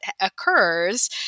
occurs